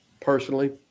personally